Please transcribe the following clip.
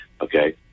Okay